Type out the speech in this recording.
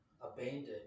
abandoned